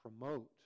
promote